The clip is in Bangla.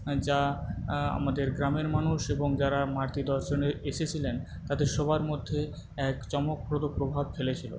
যা আমাদের গ্রামের মানুষ এবং যারা মাতৃ দর্শনে এসেছিলেন তাদের সবার মধ্যে এক চমকপ্রদ প্রভাব ফেলেছিল